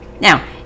Now